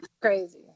crazy